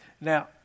Now